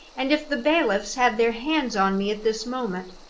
and if the bailiffs had their hands on me at this moment.